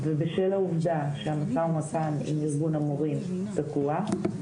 ובשל העובדה שמשא המתן עם ארגון המורים תקוע,